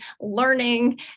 learning